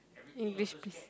English please